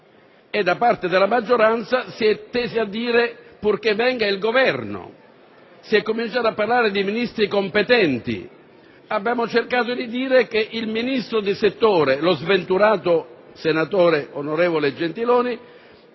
Da parte della maggioranza si è teso a dire: purché venga il Governo! Si è cominciato a parlare di Ministri competenti: abbiamo cercato di dire che il ministro di settore, lo sventurato onorevole Gentiloni,